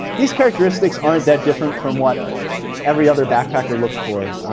these characteristics aren't that different from what every other backpacker looks for.